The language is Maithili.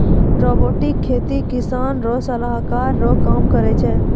रोबोटिक खेती किसान रो सलाहकार रो काम करै छै